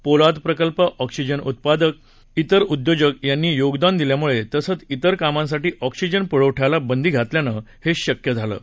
पोलाद प्रकल्प ऑक्सीजन उत्पादक इतर उद्योग यांनी योगदान दिल्यामुळे तसंच इतर कामांसाठी ऑक्सीजन पुरवठ्याला बंदी घातल्याने हे शक्य झालं आहे